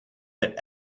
that